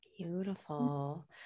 beautiful